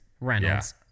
Reynolds